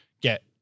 get